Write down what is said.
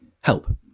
Help